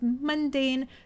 mundane